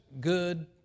good